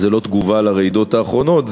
זו לא תגובה לרעידות האחרונות,